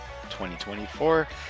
2024